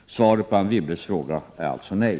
Svaret på Anne Wibbles fråga är alltså nej.